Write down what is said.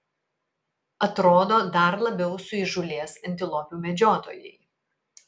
atrodo dar labiau suįžūlės antilopių medžiotojai